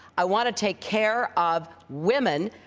i want to take care of women.